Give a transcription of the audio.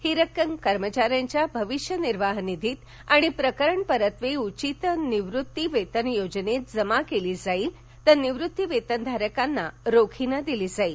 ही रक्कम कर्मचाऱ्यांच्या भविष्य निर्वाह निधीत आणि प्रकरणपरत्वे उचित निवृत्तीवेतन योजनेत जमा करण्यात येईल तर निवृत्तीवेतनधारकांना रोखीने दिली जाईल